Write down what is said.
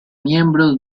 miembro